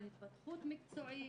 על התפתחות מקצועית,